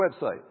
website